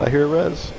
ah here is